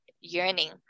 yearning